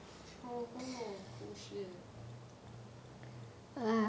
oh cool shit